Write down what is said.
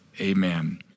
Amen